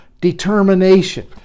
determination